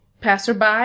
passerby